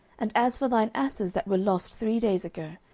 and as for thine asses that were lost three days ago,